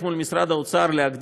לגבי סוגיית הניטור,